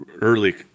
early